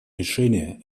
решения